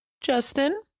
Justin